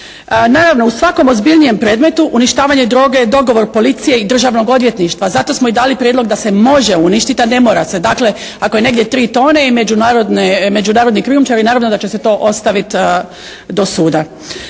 Naravno u svakom ozbiljnijem predmetu uništavanje droge je dogovor policije i državnog odvjetništva, zato smo i dali prijedlog da se može uništiti, a ne mora se. Dakle ako je negdje 3 tone i međunarodni krijumčari naravno da će se to ostaviti do suda.